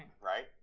right